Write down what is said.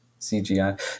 cgi